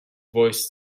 voice